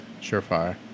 Surefire